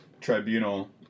Tribunal